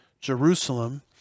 Jerusalem